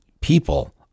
people